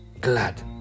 glad